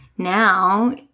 Now